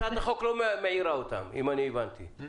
הצעת החוק לא מעירה אותם, זו